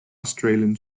australian